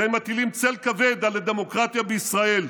והם מטילים צל כבד על הדמוקרטיה בישראל.